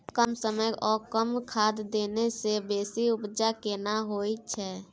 कम समय ओ कम खाद देने से बेसी उपजा केना होय छै?